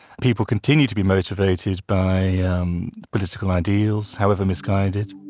people continue to be motivated by um political ideas, however misguided.